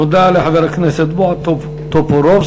תודה לחבר הכנסת בועז טופורובסקי.